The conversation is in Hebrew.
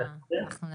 אנחנו נעדכן.